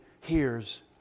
hears